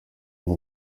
ngo